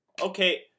Okay